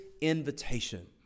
invitation